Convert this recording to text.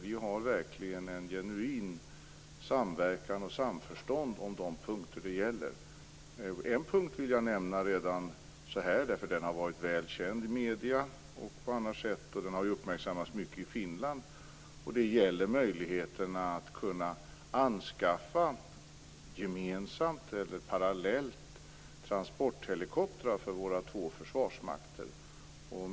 Vi har verkligen en genuin samverkan och ett genuint samförstånd på de punkter det gäller. En punkt vill jag nämna redan nu, för den har varit väl känd genom medierna och på annat sätt. Den har också uppmärksammats mycket i Finland. Det gäller möjligheten att gemensamt eller parallellt anskaffa transporthelikoptrar för våra två försvarsmakter.